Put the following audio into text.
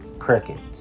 Crickets